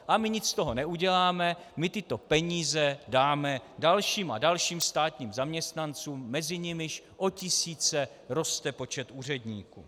A my nic z toho neuděláme, my tyto peníze dáme dalším a dalším státním zaměstnancům, mezi nimiž roste počet úředníků.